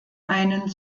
einen